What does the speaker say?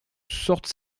sorte